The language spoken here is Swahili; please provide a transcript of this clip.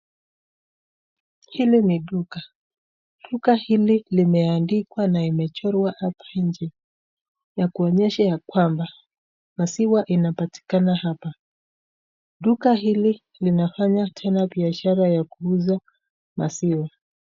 Hili ni duka. Duka hili imeandikwa na imechorwa hapa nje na kuonyesha ya kwamba maziwa inapatikana hapa. Duka hili lina offer tena biashara ya kuuza maziwa.